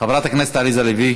חבר הכנסת עמר בר-לב,